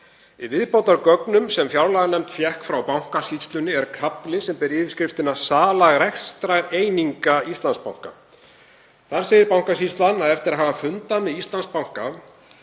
Í viðbótargögnum sem fjárlaganefnd fékk frá Bankasýslunni er kafli sem ber yfirskriftina Sala rekstrareininga Íslandsbanka. Þar segir Bankasýslan að eftir að hafa fundað með Íslandsbanka